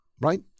right